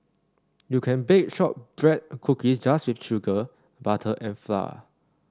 you can bake shortbread cookies just with sugar butter and flour